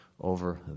over